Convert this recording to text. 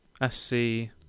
S-C